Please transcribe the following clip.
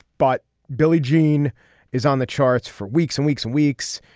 but billie jean is on the charts for weeks and weeks, weeks.